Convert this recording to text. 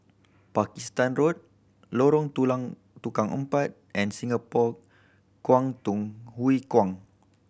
Pakistan Road Lorong Tukang Empat and Singapore Kwangtung Hui Kuan